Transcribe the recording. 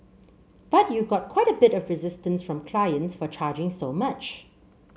but you got quite a bit of resistance from clients for charging so much